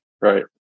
Right